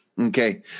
Okay